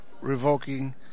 revoking